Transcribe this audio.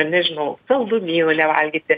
nežinau saldumynų nevalgyti